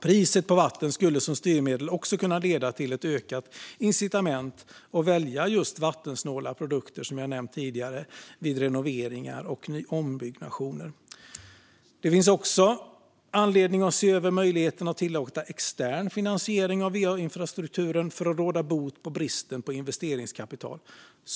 Priset på vatten skulle som styrmedel också kunna leda till ett ökat incitament att välja vattensnåla produkter vid renoveringar och ombyggnationer, som jag nämnt tidigare. Det finns också anledning att se över möjligheten att tillåta extern finansiering av va-infrastrukturen för att råda bot på bristen på investeringskapital.